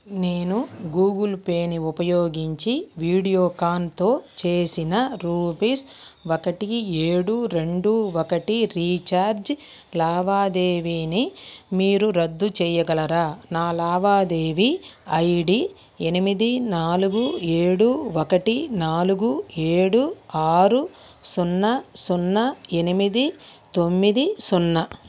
నేను గూగుల్పేని ఉపయోగించి వీడియోకాన్తో చేసిన రూపీస్ ఒకటి ఏడు రెండు ఒకటి రీఛార్జ్ లావాదేవీని మీరు రద్దు చేయగలరా నా లావాదేవీ ఐ డీ ఎనిమిది నాలుగు ఏడు ఒకటి నాలుగు ఏడు ఆరు సున్నా సున్నా ఎనిమిది తొమ్మిది సున్నా